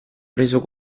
reso